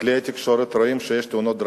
בכלי התקשורת, שיש תאונות דרכים.